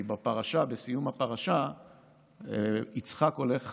כי בסיום הפרשה יצחק הולך